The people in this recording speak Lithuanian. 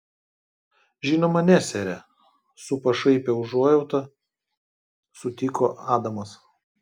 žinoma ne sere su pašaipia užuojauta sutiko adamas